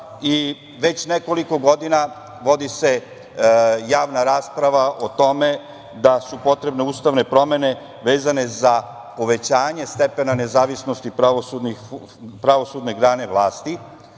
već nekoliko godina vodi se javna rasprava o tome da su potrebne ustavne promene vezane za uvećanje stepena nezavisnosti pravosudne grane vlasti,